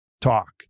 talk